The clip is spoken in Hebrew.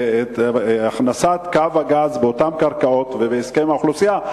הכנסת קו הגז באותן קרקעות ובהסכם עם האוכלוסייה,